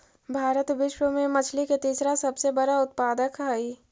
भारत विश्व में मछली के तीसरा सबसे बड़ा उत्पादक हई